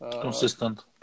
Consistent